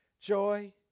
joy